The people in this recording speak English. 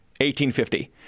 1850